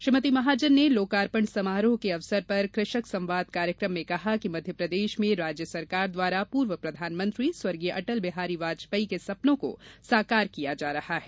श्रीमती महाजन ने लोकार्पण समारोह के अवसर पर कृषक संवाद कार्यक्रम में कहा कि मध्यप्रदेश में राज्य सरकार द्वारा पूर्व प्रधानमंत्री स्व अटल बिहारी वाजपेयी के सपनों को साकार किया जा रहा है